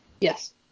Yes